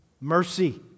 mercy